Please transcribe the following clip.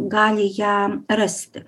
gali ją rasti